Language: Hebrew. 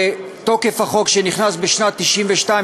ותוקף החוק שנכנס בשנת 1992,